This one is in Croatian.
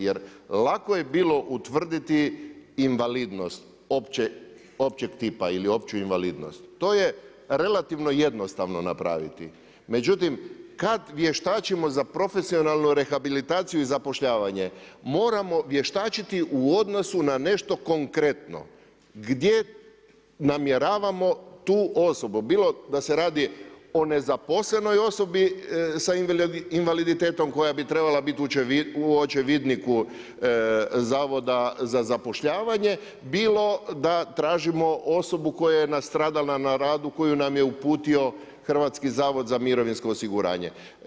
Jer lako je bilo utvrditi invalidnost općeg tipa ili opću invalidnost, to je relativno jednostavno napraviti međutim kada vještačimo za profesionalnu rehabilitaciju i zapošljavanje moramo vještačiti u odnosu na nešto konkretno gdje namjeravamo tu osobu bilo da se radi o nezaposlenoj osobi sa invaliditetom koja bi trebala biti u očevidniku Zavoda za zapošljavanje, bilo da tražimo osobu koja je nastradala na radu koju nam je uputio Hrvatski zavod za mirovinsko osiguranje.